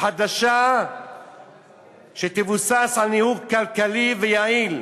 חדשה שתבוסס על ניהול כלכלי ויעיל.